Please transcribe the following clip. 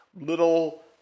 little